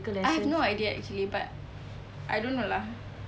I have no idea actually but I don't know lah